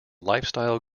lifestyle